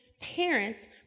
parents